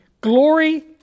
glory